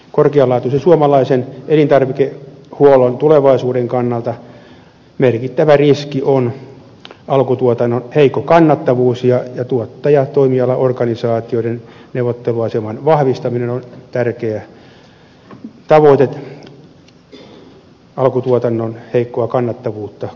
korkealaatuisen suomalaisen elintarvikehuollon tulevaisuuden kannalta merkittävä riski on alkutuotannon heikko kannattavuus ja tuottaja ja toimialaorganisaatioiden neuvotteluaseman vahvistaminen on tärkeä tavoite alkutuotannon heikkoa kannattavuutta kohennettaessa